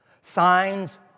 Signs